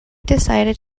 decided